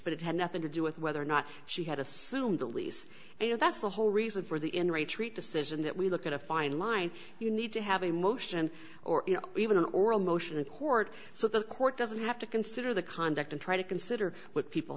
but it had nothing to do with whether or not she had assumed the lease and that's the whole reason for the in retreat decision that we look at a fine line you need to have a motion or even an oral motion in court so the court doesn't have to consider the conduct and try to consider what people